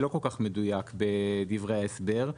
לא כל כך מדויק בדברי ההסבר,